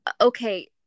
okay